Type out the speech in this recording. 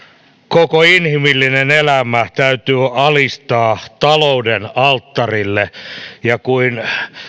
koko inhimillinen elämä täytyy alistaa talouden alttarille ja kuin